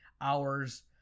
hours